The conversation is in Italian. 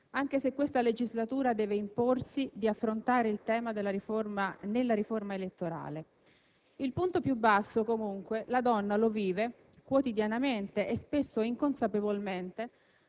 anche se questa legislatura deve imporsi di affrontare il tema nella riforma elettorale. Il punto più basso, comunque, la donna lo vive, quotidianamente e spesso inconsapevolmente,